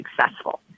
successful